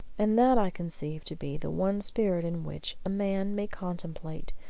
and that i conceive to be the one spirit in which a man may contemplate,